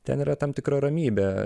ten yra tam tikra ramybė